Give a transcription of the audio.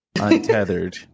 untethered